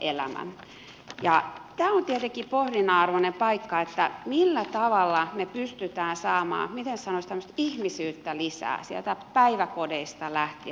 tämä on tietenkin pohdinnan arvoinen paikka millä tavalla me pystymme saamaan miten sen sanoisi ihmisyyttä lisää sieltä päiväkodeista lähtien